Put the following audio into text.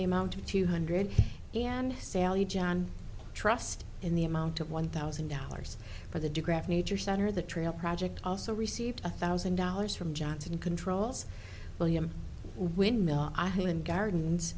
the amount of two hundred and sally john trust in the amount of one thousand dollars for the digraph nature center the trail project also received a thousand dollars from johnson controls william windmill island gardens